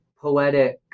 poetic